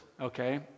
okay